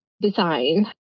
design